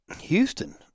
Houston